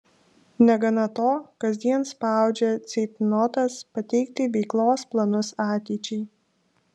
negana to kasdien spaudžia ceitnotas pateikti veiklos planus ateičiai